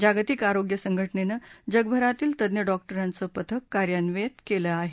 जागतिक आरोग्य संघटनेनं जगभरातील तज्ञ डॉक्टरांचं पथक कार्यान्वित केलं आहे